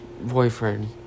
Boyfriend